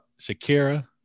Shakira